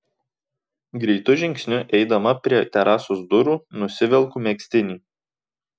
greitu žingsniu eidama prie terasos durų nusivelku megztinį